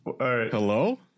hello